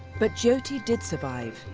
but jyoti did survive.